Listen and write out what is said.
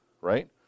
right